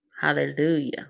Hallelujah